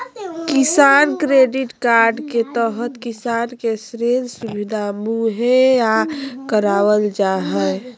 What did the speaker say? किसान credit card के तहत किसान के ऋण सुविधा मुहैया करावल जा हय